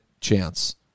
chance